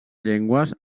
llengües